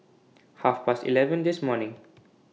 Half Past eleven This morning